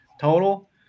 total